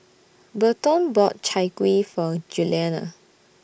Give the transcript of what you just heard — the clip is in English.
Berton bought Chai Kuih For Giuliana